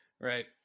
right